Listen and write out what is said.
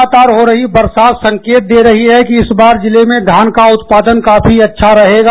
लगातार हो रही बरसात संकेत दे रही है कि इस बार जिले में धान का उत्पादन काफी अच्छा रहेगा